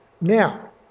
Now